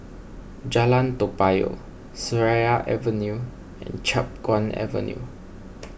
Jalan Toa Payoh Seraya Avenue and Chiap Guan Avenue